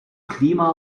klima